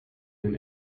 den